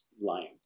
lying